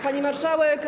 Pani Marszałek!